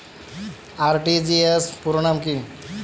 RTGS পুরো নাম কি?